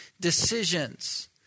decisions